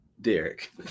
Derek